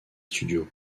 studios